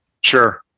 sure